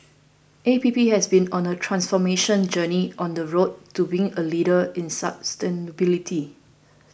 A P P has been on a transformation journey on the road to being a leader in sustainability